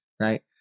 Right